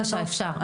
כן, בבקשה, אפשר.